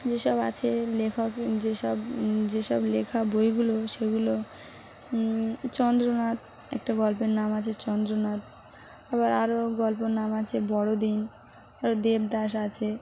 যেসব আছে লেখক যেসব যেসব লেখা বইগুলো সেগুলো চন্দ্রনাথ একটা গল্পের নাম আছে চন্দ্রনাথ আবার আরও গল্পর নাম আছে বড়দিন আরও দেবদাস আছে